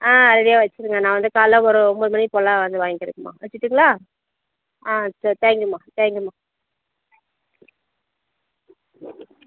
ஆ ரெடியாக வச்சுருங்க நான் வந்து காலையில் ஒரு ஒன்போது மணிக்கு போல் வந்து வாங்கிக்கிறேம்மா வச்சுருட்டுங்களா ஆ செரி தேங்க்யூமா தேங்க்யூமா